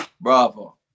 bravo